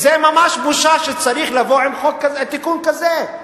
זה ממש בושה שצריך לבוא עם תיקון כזה.